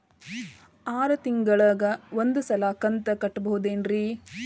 ಆರ ತಿಂಗಳಿಗ ಒಂದ್ ಸಲ ಕಂತ ಕಟ್ಟಬಹುದೇನ್ರಿ?